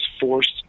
forced